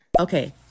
Okay